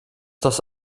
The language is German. das